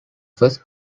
first